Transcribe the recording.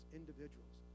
individuals